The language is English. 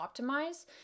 optimize